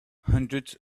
hundreds